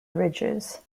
ridges